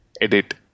edit